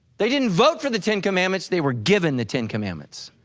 they didn't vote for the ten commandments, they were given the ten commandments.